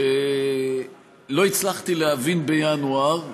שלא הצלחתי להבין בינואר,